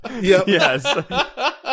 yes